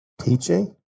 teaching